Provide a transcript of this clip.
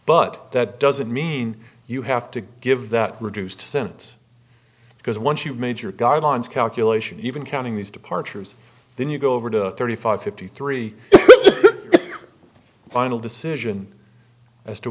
but that doesn't mean you have to give that reduced sentence because once you've made your guidelines calculation even counting these departures then you go over to thirty five fifty three final decision as to